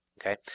Okay